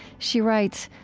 she writes,